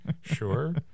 Sure